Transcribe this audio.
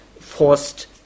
forced